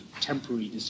temporary